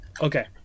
Okay